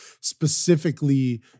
specifically